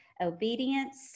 obedience